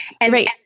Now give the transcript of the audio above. Right